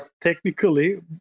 technically